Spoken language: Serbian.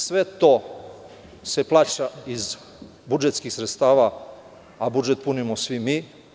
Sve to se plaća iz budžetskih sredstava, a budžet punimo svi mi.